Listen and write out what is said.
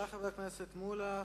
תודה לחבר הכנסת מולה.